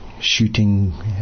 shooting